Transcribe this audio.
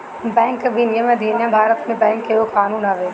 banking विनियमन अधिनियम भारत में बैंक के एगो कानून हवे